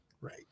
Right